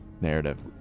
narrative